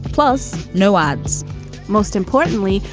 plus no ads most importantly,